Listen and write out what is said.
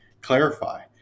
clarify